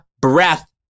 breath